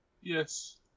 Yes